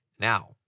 Now